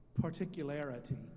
particularity